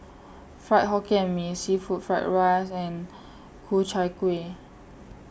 Fried Hokkien Mee Seafood Fried Rice and Ku Chai Kuih